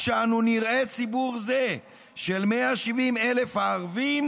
שאנו נראה ציבור זה של 170,000 ערבים,